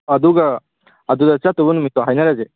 ꯑꯗꯨꯒ ꯑꯗꯨꯗ ꯆꯠꯇꯧꯕ ꯅꯨꯃꯤꯠꯇꯣ ꯍꯥꯏꯅꯔꯁꯦ